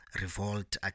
revolt